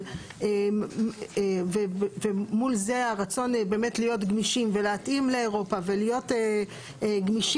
אבל מול זה הרצון באמת להיות גמישים ולהתאים לאירופה ולהיות גמישים,